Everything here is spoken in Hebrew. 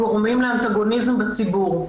אנחנו גורמים לאנטגוניזם בציבור.